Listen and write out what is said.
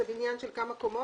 זה בניין של כמה קומות?